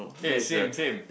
eh same same